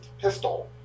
pistol